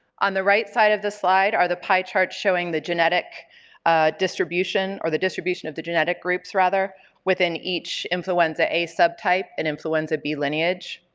on the right side of the slide are the pie chart showing the genetic distribution or the distribution of the genetic groups rather within each influenza a subtype and influenza b lineage.